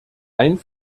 ein